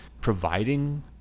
providing